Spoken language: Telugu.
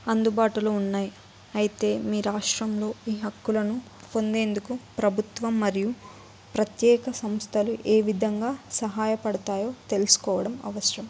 అందుబాటులో ఉన్నాయి అయితే మీ రాష్ట్రంలో ఈ హక్కులను పొందేందుకు ప్రభుత్వం మరియు ప్రత్యేక సంస్థలు ఏ విధంగా సహాయపడతాయో తెలుసుకోవడం అవసరం